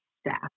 staff